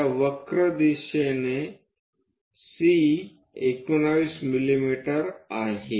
त्या वक्र दिशेने C 19 मिमी आहे